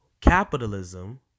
capitalism